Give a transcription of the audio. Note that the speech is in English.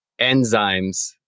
enzymes